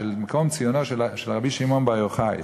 מקום ציונו של רבי שמעון בר יוחאי,